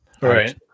Right